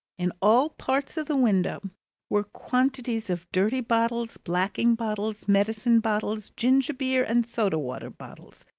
in all parts of the window were quantities of dirty bottles blacking bottles, medicine bottles, ginger-beer and soda-water bottles,